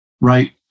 right